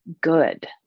good